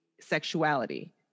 sexuality